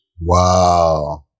Wow